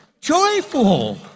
joyful